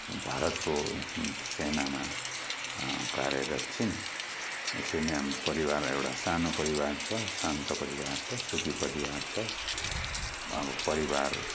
भारतको सेनामा कार्यरत छिन् यसरी नै परिवार एउटा सानो परिवार छ शान्त परिवार छ सुखी परिवार छ अब परिवार